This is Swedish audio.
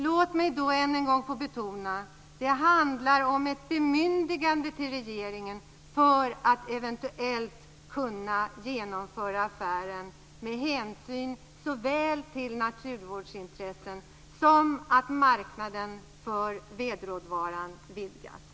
Låt mig än en gång få betona att det handlar om ett bemyndigande till regeringen för att eventuellt kunna genomföra affären, med hänsyn tagen såväl till naturvårdsintressen som till att marknaden för vedråvaran vidgas.